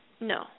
No